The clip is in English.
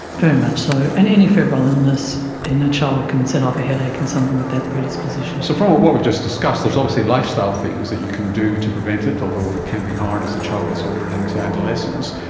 very much so, and any febrile illness in a child can set off a headache in someone with that predisposition. so from what we've just discussed there is obviously lifestyle things that you can do to prevent it, although it can be hard as the child gets older and into adolescence.